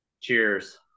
Cheers